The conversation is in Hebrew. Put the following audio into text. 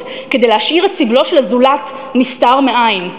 כדי להשאיר את סבלו של הזולת נסתר מעין.